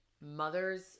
mother's